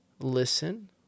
Listen